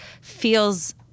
feels